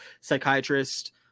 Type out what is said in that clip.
psychiatrist